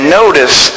notice